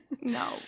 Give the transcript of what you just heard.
no